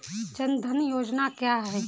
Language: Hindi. जनधन योजना क्या है?